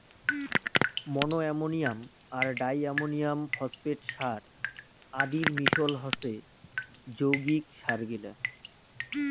মনো ammonium আর di ammonium phosphate সার আদির মিশাল হসে যৌগিক সারগিলা